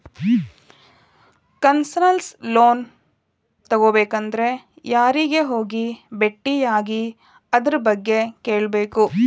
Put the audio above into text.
Concessional loan ತಗೊಬೇಕಂದ್ರ ಯಾರಿಗೆ ಹೋಗಿ ಬೆಟ್ಟಿಯಾಗಿ ಅದರ್ಬಗ್ಗೆ ಕೇಳ್ಬೇಕು?